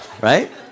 right